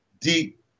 deep